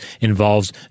involves